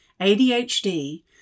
ADHD